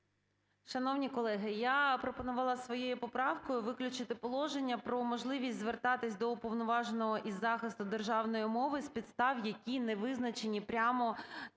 Шановні колеги, я пропонувала своєю поправкою виключити положення про можливість звертатись до Уповноваженого із захисту державної мови з підстав, які не визначені прямо